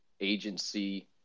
agency